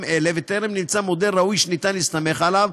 אלה וטרם נמצא מודל ראוי שאפשר להסתמך עליו,